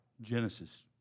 Genesis